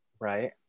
Right